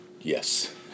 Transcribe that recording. yes